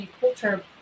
culture